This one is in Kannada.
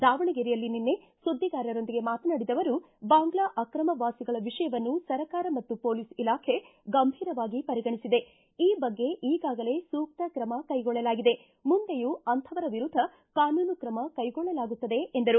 ದಾವಣಗೆರೆಯಲ್ಲಿ ನಿನ್ನೆ ಸುದ್ದಿಗಾರರೊಂದಿಗೆ ಮಾತನಾಡಿದ ಅವರು ಬಾಂಗ್ಲಾ ಆಕ್ರಮ ವಾಸಿಗಳ ವಿಷಯವನ್ನು ಸರ್ಕಾರ ಮತ್ತು ಪೊಲೀಸ್ ಇಲಾಖೆ ಗಂಭೀರವಾಗಿ ಪರಿಗಣಿಸಿದೆ ಈ ಬಗ್ಗೆ ಈಗಾಗಲೇ ಸೂಕ್ತ ಕ್ರಮ ಕೈಗೊಳ್ಳಲಾಗಿದೆ ಮುಂದೆಯೂ ಅಂಥವರ ವಿರುದ್ದ ಕಾನೂನು ಕ್ರಮ ಕೈಗೊಳ್ಳಲಾಗುತ್ತದೆ ಎಂದರು